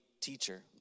teacher